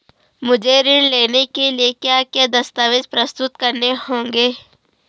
मुझे ऋण लेने के लिए क्या क्या दस्तावेज़ प्रस्तुत करने होंगे?